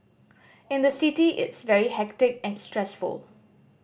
in the city it's very hectic and stressful